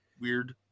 weird